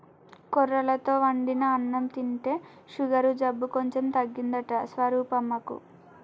కొర్రలతో వండిన అన్నం తింటే షుగరు జబ్బు కొంచెం తగ్గిందంట స్వరూపమ్మకు